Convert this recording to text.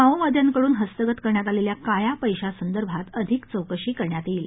माओवाद्यांकडून हस्तगत करण्यात आलेल्या काळ्या पैशासंदर्भात अधिक चोकशी करण्यात येईल